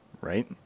right